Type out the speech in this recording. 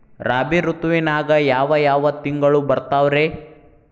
ರಾಬಿ ಋತುವಿನಾಗ ಯಾವ್ ಯಾವ್ ತಿಂಗಳು ಬರ್ತಾವ್ ರೇ?